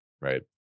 right